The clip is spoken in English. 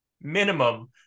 Minimum